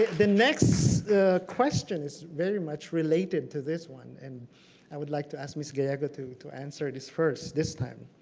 the next question is very much related to this one. and i would like to ask ms. gallego to to answer this first this time.